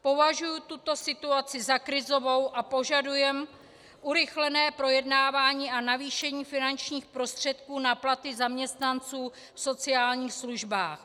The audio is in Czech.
Považuji tuto situaci za krizovou a požadujeme urychlené projednávání a navýšení finančních prostředků na platy zaměstnanců v sociálních službách.